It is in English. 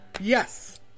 Yes